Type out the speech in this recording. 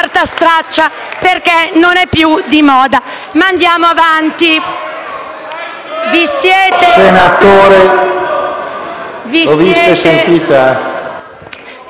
perché non è più di moda. Ma andiamo avanti.